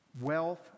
wealth